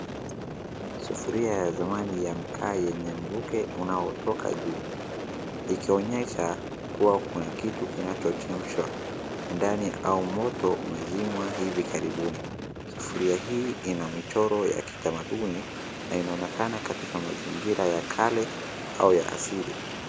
Sufuria ya zamani ya makaa mvuke unaotoka juu. Ikionyesha kuwa kuna kitu kinachochemsha ndani, au moto umezimwa hivi karibuni. Sufuria hii ina michoro ya kitamaduni na inaonekana katika mazingira ya kale au ya asili.